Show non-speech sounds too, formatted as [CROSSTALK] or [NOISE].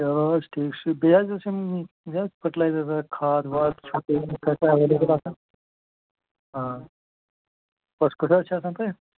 چلو وَلہٕ حظ ٹھیٖک چھُ بیٚیہِ حظ اوس یِم یِم حظ فٔٹِلایزَردار کھاد واد [UNINTELLIGIBLE] اَویلبٕل آسان آ [UNINTELLIGIBLE] چھِ آسان تۄہہِ